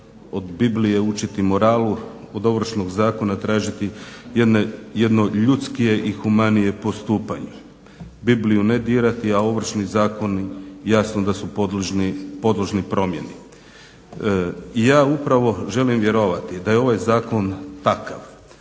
od Biblije učiti moralu, od Ovršnog zakona tražiti jedno ljudskije i humanije postupanje. Bibliju ne dirati a Ovršni zakon jasno da su podložni promjeni. Ja upravo želim vjerovati da je ovaj zakon takav